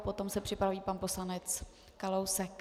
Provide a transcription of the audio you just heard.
Potom se připraví pan poslanec Kalousek.